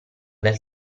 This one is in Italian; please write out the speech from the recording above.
del